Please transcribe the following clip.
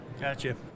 Gotcha